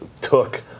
took